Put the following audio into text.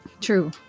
true